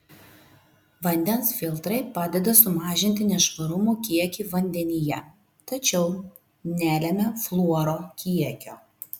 vandens filtrai padeda sumažinti nešvarumų kiekį vandenyje tačiau nelemia fluoro kiekio